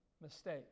mistake